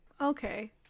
okay